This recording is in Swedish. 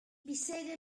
pissade